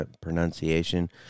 pronunciation